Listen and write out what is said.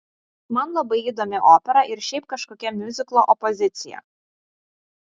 man labai įdomi opera ir šiaip kažkokia miuziklo opozicija